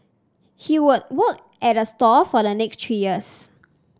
he would work at the store for the next three years